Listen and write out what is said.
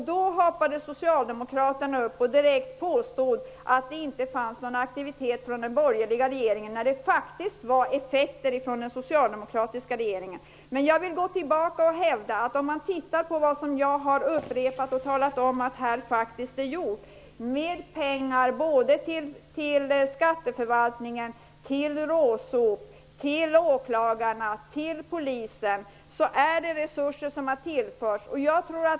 Då hoppade socialdemokraterna upp och påstod att den borgerliga regeringen inte visade någon aktivitet, fastän det faktiskt berodde på effekterna från den tidigare socialdemokratiska regeringen. Jag har pekat på vad den nuvarande regeringen faktiskt har gjort. Den har givit mer pengar till skatteförvaltningen, till RÅSOP, till åklagarna och till polisen, vilka alla fått större resurser.